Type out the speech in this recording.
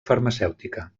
farmacèutica